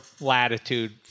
latitude